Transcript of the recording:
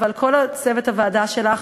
ולכל צוות הוועדה שלך,